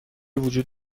وجود